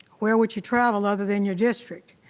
where would you travel other than your district?